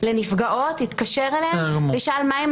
לנפגעות כשהן עם הבוס באוטו או עם בן הזוג שלא יודע על הפגיעה: "הי,